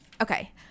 okay